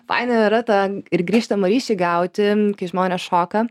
faina yra tą ir grįžtamą ryšį gauti kai žmonės šoka